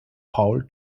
paul